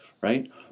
right